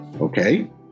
okay